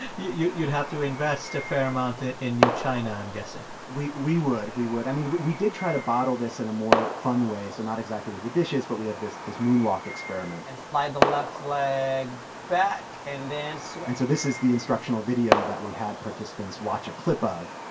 yeah you'd you'd have to invest a fair amount in new china, i'm guessing we we would. we would. i mean, we we did try to bottle this in a more fun way. so not exactly with the dishes, but we have this this moonwalk experiment and slide the left leg back and then switch so and so this is the instructional video that we had participants watch a clip of,